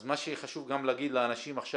אז מה שחשוב גם להגיד לאנשים עכשיו,